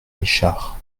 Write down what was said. richard